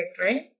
right